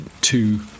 two